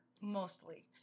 mostly